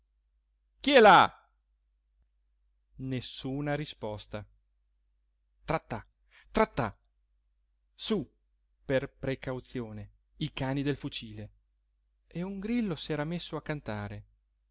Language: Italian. là nessuna risposta tra-ta tra-tà sú per precauzione i cani del fucile e un grillo s'era messo a cantare